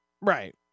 Right